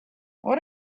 what